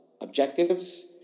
objectives